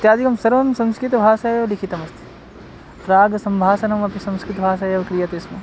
इत्यादिकं सर्वं संस्कृतभाषा एव लिखितमस्ति प्राक्सम्भाषणमपि संस्कृतभाषा एव क्रियते स्म